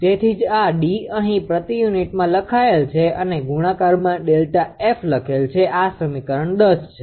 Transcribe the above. તેથી જ આ D અહીં પ્રતિ યુનિટમાં લખાયેલ છે અને ગુણાકારમાં Δ𝑓 લખેલ છે આ સમીકરણ 10 છે